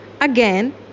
again